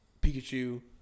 Pikachu